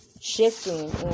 shifting